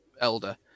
Elder